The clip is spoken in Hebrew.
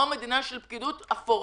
או שאנחנו רוצים מדינה של פקידות אפורה?